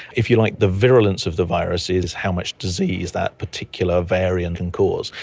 if you like, the virulence of the virus is how much disease that particular variant can cause.